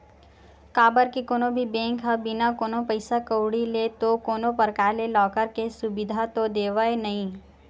काबर के कोनो भी बेंक ह बिना कोनो पइसा कउड़ी ले तो कोनो परकार ले लॉकर के सुबिधा तो देवय नइ